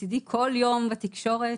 מצידי כל יום בתקשורת,